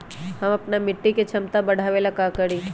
हम अपना मिट्टी के झमता बढ़ाबे ला का करी?